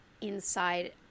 inside